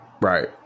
right